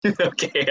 okay